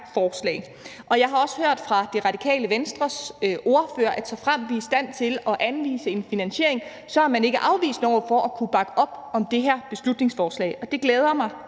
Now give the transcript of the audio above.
forslag, og jeg har også hørt fra Radikale Venstres ordfører, at såfremt vi er i stand til at anvise en finansiering, er man ikke afvisende over for at kunne bakke op om det her beslutningsforslag, og det glæder mig